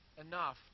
enough